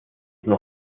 know